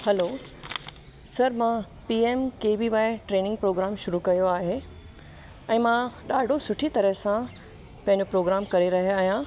हलो sir मां P M K V Y training programme शुरू कयो आहे ऐं मां ॾाढो सुठी तरह सां पंहिंजो प्रोग्राम करे रही आयां